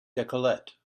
decollete